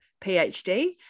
PhD